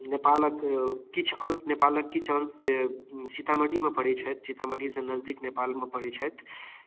नेपालके किछु अंश नेपालके किछु अंश जे सीतामढ़ी मे पड़ै छथि सीतामढ़ी सँ नजदीक नेपाल मे पड़ै छथि